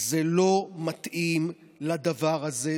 זה לא מתאים לדבר הזה,